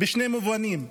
בשני מובנים.